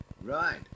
Right